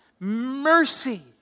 Mercy